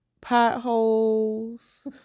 Potholes